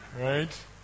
right